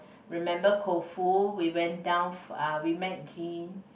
remember Koufu we went down uh we met Jean